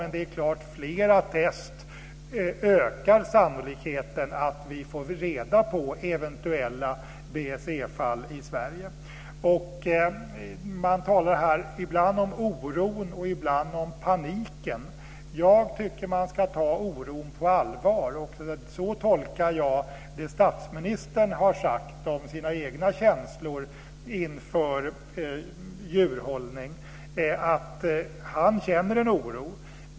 Men det är klart att flera test ökar sannolikheten för att vi får reda på om det finns BSE-fall i Sverige. Man talar ibland om oron och ibland om paniken. Jag tycker att man ska ta oron på allvar. Så tolkar jag det statsministern har sagt om sina egna känslor inför djurhållning. Han känner en oro.